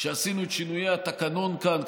כשעשינו את שינויי התקנון כאן,